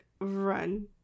run